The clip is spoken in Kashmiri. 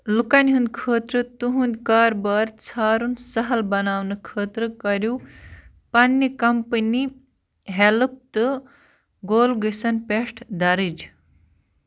لُکن ہُنٛد خٲطرٕ تُہٕنٛد کارٕبار ژھارُن سَہل بناونہٕ خٲطرٕ کٔرِو پَنٕنہِ کمپٔنی ہیٚلپ تہٕ گوٚلگٔسٮ۪ن پٮ۪ٹھ دَرٕج